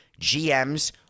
GMs